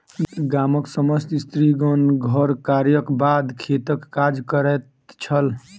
गामक समस्त स्त्रीगण घर कार्यक बाद खेतक काज करैत छल